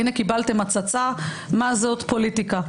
הינה קיבלתם הצצה מה זאת פוליטיקה.